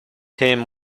him